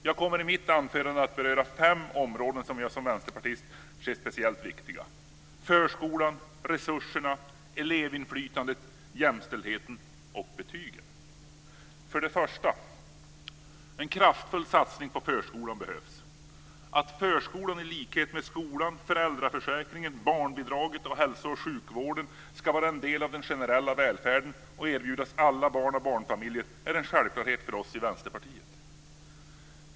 Jag kommer i mitt anförande att beröra fem områden som jag som vänsterpartist ser som speciellt viktiga: förskolan, resurserna, elevinflytandet, jämställdheten och betygen. För det första behövs en kraftfull satsning på förskolan. Att förskolan i likhet med skolan, föräldraförsäkringen, barnbidraget och hälso och sjukvården ska vara en del av den generella välfärden och erbjudas alla barn och barnfamiljer är en självklarhet för oss i Vänsterpartiet.